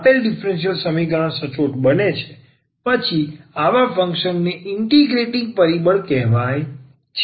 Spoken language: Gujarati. આપેલ ડીફરન્સીયલ સમીકરણ સચોટ બને છે પછી આવા ફંક્શનને ઇન્ટિગ્રેટિંગ પરિબળ કહેવામાં આવે છે